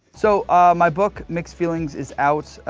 so my book mixed feelings is out,